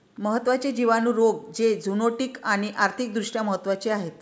महत्त्वाचे जिवाणू रोग जे झुनोटिक आणि आर्थिक दृष्ट्या महत्वाचे आहेत